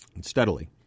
steadily